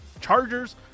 Chargers